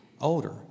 older